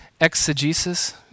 exegesis